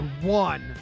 one